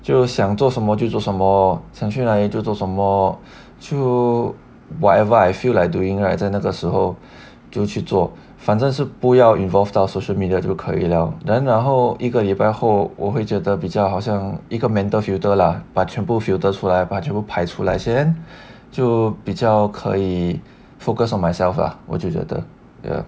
就想做什么就做什么想去哪里就做什么 so whatever I feel like doing right 在那个时候就去做反正是不要 involve 到 social media 就可以了 then 然后一个礼拜后我会觉得比较好像一个 mental filter lah 把全部 filters 出来把全部排除来先就比较可以 focus on myself ah 我就觉得 ya